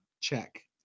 Check